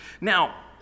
Now